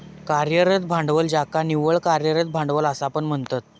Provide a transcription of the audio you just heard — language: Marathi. कार्यरत भांडवल ज्याका निव्वळ कार्यरत भांडवल असा पण म्हणतत